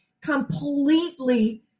completely